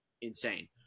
insane